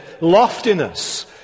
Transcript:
loftiness